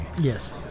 Yes